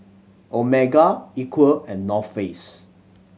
Omega Equal and North Face